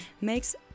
makes